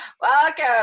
Welcome